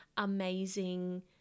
amazing